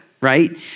right